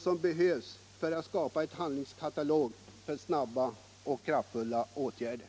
som behövs för att åstadkomma en handlingskatalog över snabba och kraftfulla åtgärder.